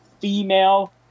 female